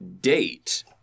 Date